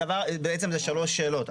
בעצם זה שלוש שאלות.